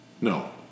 No